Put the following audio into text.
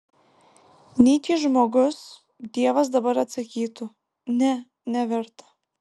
nyčei žmogus dievas dabar atsakytų ne neverta